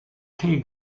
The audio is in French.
quai